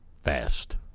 fast